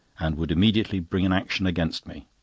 and would immediately bring an action against me.